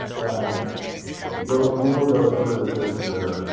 and you know you will go through this this year.